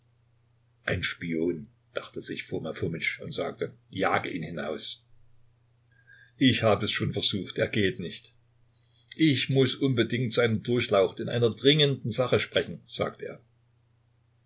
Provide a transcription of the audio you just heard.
ein spion dachte sich foma fomitsch und sagte jag ihn hinaus ich habe es schon versucht er geht nicht ich muß unbedingt seine durchlaucht in einer dringenden sache sprechen sagt er